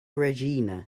regina